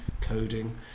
coding